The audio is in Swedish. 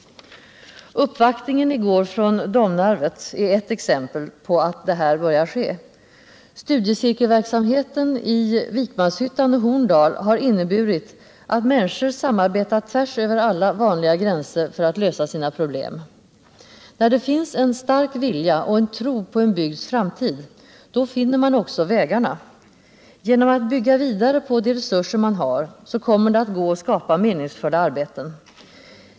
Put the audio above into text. Uppvaktningen i går från Domnarvet är ett exempel på att så börjar ske. Studiecirkelverksamheten i Vikmanshyttan och Horndal har inneburit att människor samarbetar tvärs över alla vanliga gränser för att lösa sina problem. När det finns en stark vilja och en tro på en bygds framtid, då finner man också vägarna. Genom att bygga vidare på de resurser man har kommer det att gå att skapa meningsfulla arbeten.